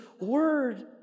Word